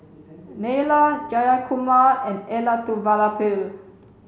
Neila Jayakumar and Elattuvalapil